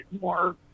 more